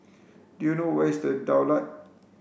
do you know where is The Daulat